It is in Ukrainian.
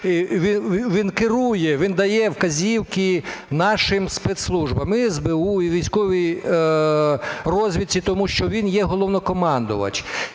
він керує, він дає вказівки нашим спецслужбам і СБУ, і військовій розвідці, тому що він є Головнокомандувач